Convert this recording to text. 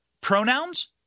pronouns